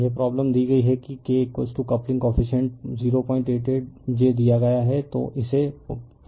refer slide time 3359 यह problem दी गई है कि K कपलिंग कोफ़ीसिएंट 088j दिया गया है